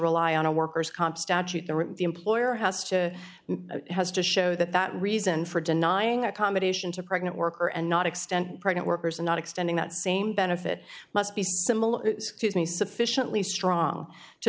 rely on a worker's comp statute they were the employer has to has to show that that reason for denying accommodation to pregnant worker and not extent pregnant workers and not extending that same benefit must be similar scuse me sufficiently strong to